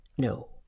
No